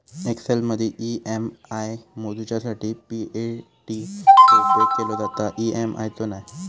एक्सेलमदी ई.एम.आय मोजूच्यासाठी पी.ए.टी चो उपेग केलो जाता, ई.एम.आय चो नाय